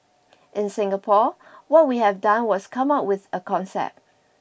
in Singapore what we have done was come up with a concept